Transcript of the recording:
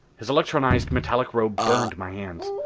his electronized metallic robe burned my hands.